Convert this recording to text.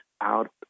out